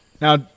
Now